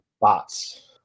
Bots